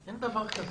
אין דבר כזה.